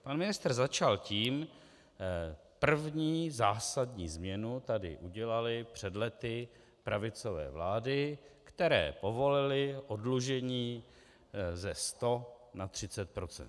Pan ministr začal tím, první zásadní změnu tady udělali před lety pravicové vlády, které povolily oddlužení ze 100 na 30 %.